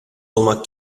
olmak